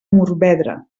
morvedre